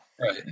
Right